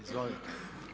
Izvolite.